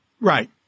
Right